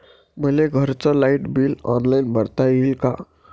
मले घरचं light bill online भरता येईन का?